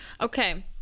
okay